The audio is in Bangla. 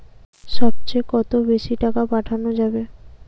সব চেয়ে কত বেশি টাকা পাঠানো যাবে?